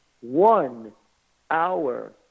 one-hour